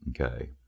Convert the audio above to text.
okay